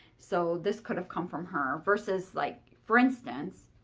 so this could have come from her, versus, like, for instance,